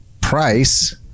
price